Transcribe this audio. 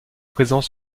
présents